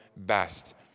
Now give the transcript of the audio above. best